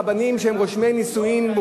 רבנים שהם רושמי נישואים,